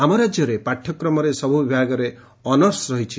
ଆମ ରାଜ୍ୟରେ ପାଠ୍ୟକ୍ରମରେ ସବୁ ବିଭାଗରେ ଅନର୍ସ ରହିଛି